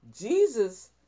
Jesus